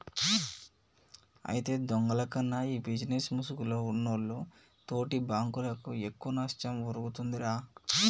అయితే దొంగల కన్నా ఈ బిజినేస్ ముసుగులో ఉన్నోల్లు తోటి బాంకులకు ఎక్కువ నష్టం ఒరుగుతుందిరా